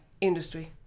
industry